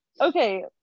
okay